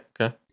Okay